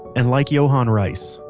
and like johann reis,